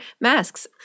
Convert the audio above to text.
masks